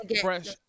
fresh